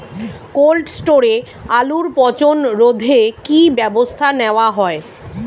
Cold স্টোরে আলুর পচন রোধে কি ব্যবস্থা নেওয়া হয়?